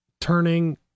turning